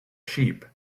sheep